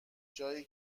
جایی